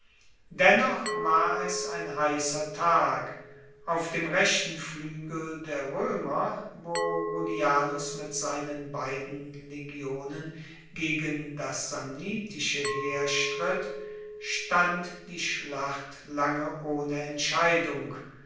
dennoch war es ein heisser tag auf dem rechten fluegel der roemer wo rullianus mit seinen beiden legionen gegen das samnitische heer stritt stand die schlacht lange ohne entscheidung